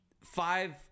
five